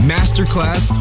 Masterclass